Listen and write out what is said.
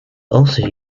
also